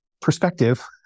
perspective